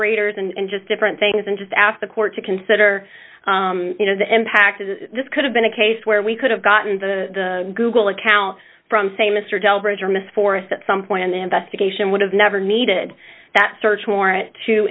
cooperators and just different things and just ask the court to consider you know the impact of this could have been a case where we could have gotten the google account from say mr gelb ridge or miss forrest at some point in the investigation would have never needed that search warrant to